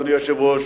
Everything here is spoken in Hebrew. אדוני היושב-ראש,